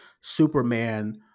Superman